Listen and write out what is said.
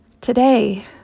Today